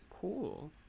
cool